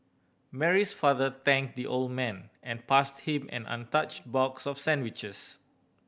Mary's father thanked the old man and passed him an untouched box of sandwiches